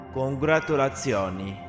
Congratulazioni